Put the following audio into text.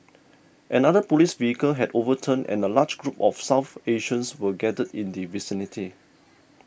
another police vehicle had overturned and a large group of South Asians were gathered in the vicinity